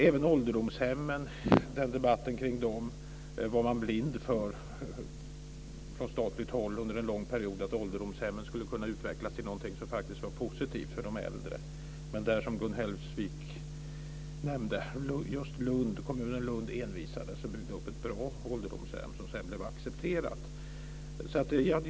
Även i debatten kring ålderdomshemmen var man från statligt håll under en lång period blind för att ålderdomshemmen skulle kunna utvecklas till någonting som var positivt för de äldre. Som Gun Hellsvik nämnde, envisades just kommunen Lund med att bygga upp ett bra ålderdomshem, som sedan blev accepterat.